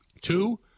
Two